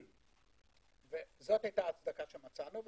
זו היתה ההצדקה שמצאנו.